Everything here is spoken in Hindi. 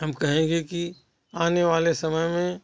हम कहेंगे कि आने वाले समय में